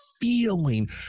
feeling